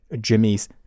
Jimmy's